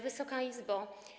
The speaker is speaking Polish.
Wysoka Izbo!